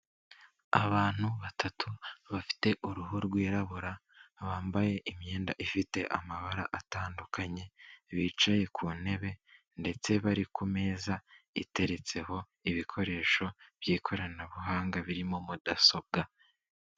Abantu batatu bafite uruhu rwirabura bambaye imyenda ifite amabara atandukanye, bicaye ku ntebe ndetse bari ku meza iteretseho ibikoresho by'ikoranabuhanga birimo mudasobwa.